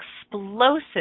explosive